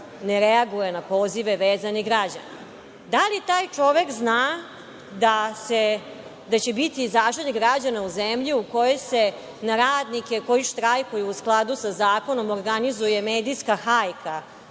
ne reaguje na pozive vezanih građana? Da li taj čovek zna da će biti Zaštitnik građana u zemlji u kojoj se na radnike koji štrajkuju u skladu sa zakonom o organizuje medijska hajka